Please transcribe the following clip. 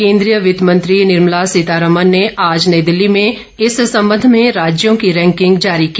केन्द्रीय वित्त मंत्री निर्मला सीतारमन ने आज नई दिल्ली में इस संबंध में राज्यों की रैंकिंग जारी की